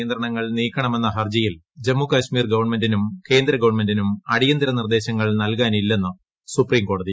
നിയന്ത്രണങ്ങൾ നീക്കുണ്ട്മെന്ന ഹർജിയിൽ ജമ്മു കശ്മീർ ഗവൺമെന്റിനും കേന്ദ്ര ഗ്വൺമെന്റിനും അടിയന്തിര നിർദ്ദേശങ്ങൾ നൽകാനില്ലെന്ന് സുപ്രീം കോടതി